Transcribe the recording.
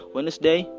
Wednesday